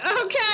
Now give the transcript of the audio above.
Okay